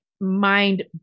mind